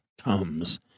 comes